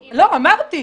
אמרתי.